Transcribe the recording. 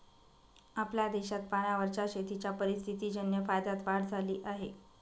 आपल्या देशात पाण्यावरच्या शेतीच्या परिस्थितीजन्य फायद्यात वाढ झाली आहे